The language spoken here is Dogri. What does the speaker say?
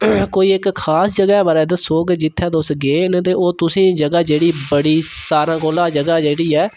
कोई इक खास जगहे्ं दे बारे च दस्सो कि जित्थै तुस गे न ते ओह् तुसें ई जगह जेह्ड़ी बड़ी सारें कोला जगह् जेह्ड़ी ऐ